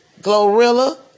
Glorilla